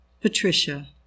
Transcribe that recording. Patricia